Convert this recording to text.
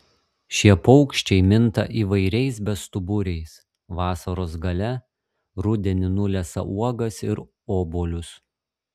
šie paukščiai minta įvairiais bestuburiais vasaros gale rudenį nulesa uogas ir obuolius